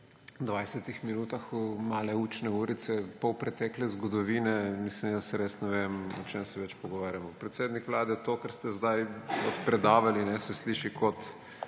dvajsetih minutah male učne urice polpretekle zgodovine jaz res ne vem več, o čem se pogovarjamo. Predsednik Vlade, to, kar ste zdaj odpredavali, se sliši kot